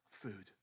food